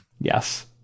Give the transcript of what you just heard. yes